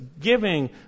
giving